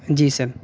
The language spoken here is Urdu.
جی سر